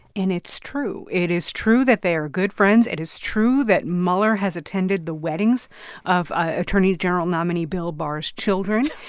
and it's true. it is true that they are good friends. it is true that mueller has attended the weddings of ah attorney general nominee bill barr's children,